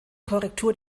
korrektur